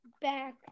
back